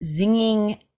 zinging